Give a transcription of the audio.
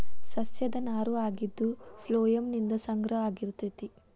ಸಸ್ಯದ ನಾರು ಆಗಿದ್ದು ಪ್ಲೋಯಮ್ ನಿಂದ ಸಂಗ್ರಹ ಆಗಿರತತಿ